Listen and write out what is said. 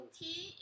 tea